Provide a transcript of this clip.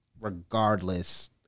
regardless